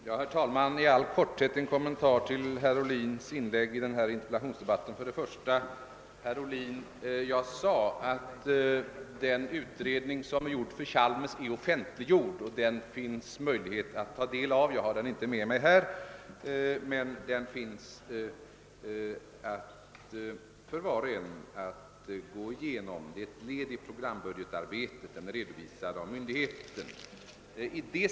Herr talman! I all korthet några kommentarer till herr Ohlins inlägg i denna För det första sade jag, herr Ohlin, att utredningen beträffande Chalmers är offentliggjord. Jag har den inte med mig här, men var och en har möjlighet att gå igenom den; den utgör ett led i programbudgetarbetet, och den är redovisad av myndigheten.